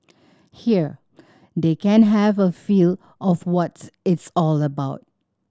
here they can have a feel of what it's all about